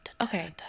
Okay